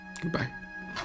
Goodbye